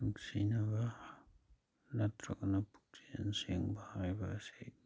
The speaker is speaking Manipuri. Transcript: ꯅꯨꯡꯁꯤꯅꯕ ꯅꯠꯇ꯭ꯔꯒꯅ ꯄꯨꯛꯆꯦꯜ ꯁꯦꯡꯕ ꯍꯥꯏꯕ ꯑꯁꯤ